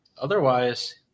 Otherwise